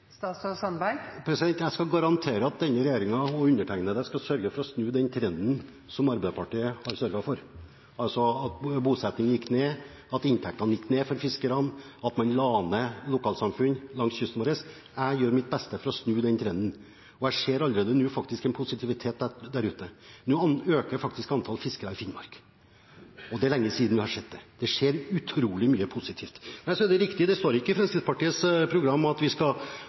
Jeg skal garantere at denne regjeringen og undertegnede skal sørge for å snu den trenden som Arbeiderpartiet har sørget for – at bosettingen gikk ned, at inntektene gikk ned for fiskerne, og at man la ned lokalsamfunn langs kysten vår. Jeg gjør mitt beste for å snu den trenden. Jeg ser faktisk allerede nå en positivitet der ute. Antall fiskere øker faktisk i Finnmark. Det er lenge siden vi har sett det. Det skjer utrolig mye positivt. Så er det riktig at det ikke står i Fremskrittspartiets program at vi skal